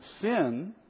sin